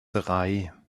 drei